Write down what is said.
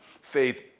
faith